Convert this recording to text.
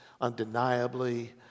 undeniably